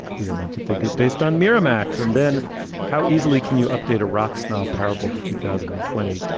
we're meant to think is based on miramax. and then how easily can you update a rock snob parable to two thousand and twenty?